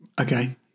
Okay